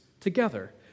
Together